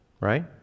right